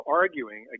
arguing